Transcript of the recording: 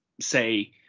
say